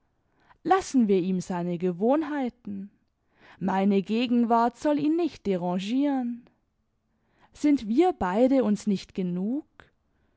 lassen wir ihm seine gewohnheiten meine gegenwart soll ihn nicht derangiren sind wir beide uns nicht genug